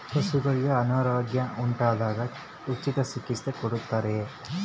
ಪಶುಗಳಿಗೆ ಅನಾರೋಗ್ಯ ಉಂಟಾದಾಗ ಉಚಿತ ಚಿಕಿತ್ಸೆ ಕೊಡುತ್ತಾರೆಯೇ?